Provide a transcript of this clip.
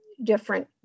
Different